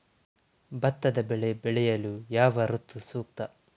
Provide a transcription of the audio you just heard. ಭತ್ತದ ಬೆಳೆ ಬೆಳೆಯಲು ಯಾವ ಋತು ಸೂಕ್ತ?